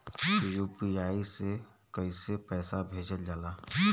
UPI से कइसे पैसा भेजल जाला?